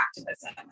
activism